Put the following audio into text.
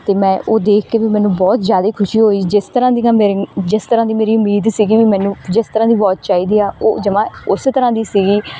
ਅਤੇ ਮੈਂ ਉਹ ਦੇਖ ਕੇ ਵੀ ਮੈਨੂੰ ਬਹੁਤ ਜ਼ਿਆਦਾ ਖੁਸ਼ੀ ਹੋਈ ਜਿਸ ਤਰ੍ਹਾਂ ਦੀਆਂ ਮੇਰੀ ਜਿਸ ਤਰ੍ਹਾਂ ਦੀ ਮੇਰੀ ਉਮੀਦ ਸੀਗੀ ਵੀ ਮੈਨੂੰ ਜਿਸ ਤਰ੍ਹਾਂ ਦੀ ਵੋਚ ਚਾਹੀਦੀ ਆ ਉਹ ਜਮ੍ਹਾਂ ਉਸ ਤਰ੍ਹਾਂ ਦੀ ਸੀਗੀ